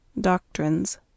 Doctrines